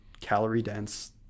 calorie-dense